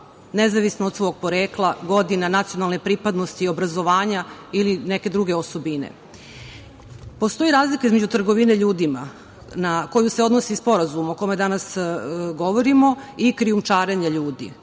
nezavisno od svog porekla, godina, nacionalne pripadnosti, obrazovanja ili neke druge osobine. Postoji razlika između trgovine ljudima, na koji se odnosi sporazum o kome danas govorimo, i krijumčarenje ljudi.